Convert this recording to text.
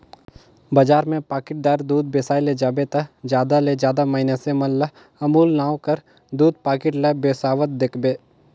बजार में पाकिटदार दूद बेसाए ले जाबे ता जादा ले जादा मइनसे मन ल अमूल नांव कर दूद पाकिट ल बेसावत देखबे